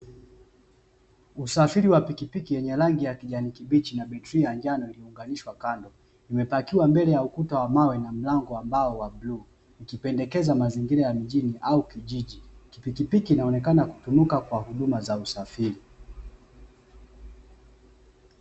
Usafiri wa pikipiki yenye rangi ya kijani kibichi na betri ya njano iliyounganishwa kando, imepakiwa mbele ya ukuta wa mawe na mlango wa mbao wa bluu ikipendekeza mazingira ya mjini au kijiji, pikipiki inaonekana kutumika kwa huduma za usafiri.